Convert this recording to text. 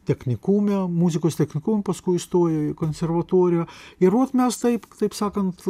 technikume muzikos technikume paskui įstojo į konservatoriją ir ot mes taip taip sakant